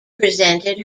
presented